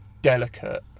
delicate